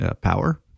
power